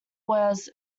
was